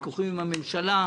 ויכוחים עם הממשלה,